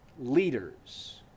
leaders